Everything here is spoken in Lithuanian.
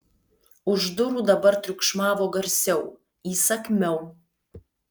už durų dabar triukšmavo garsiau įsakmiau